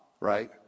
right